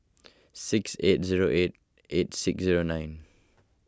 six eight zero eight eight six zero nine